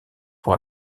pour